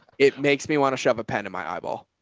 it makes me want to shove a pen in my eyeball.